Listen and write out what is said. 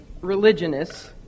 religionists